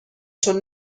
چون